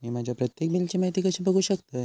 मी माझ्या प्रत्येक बिलची माहिती कशी बघू शकतय?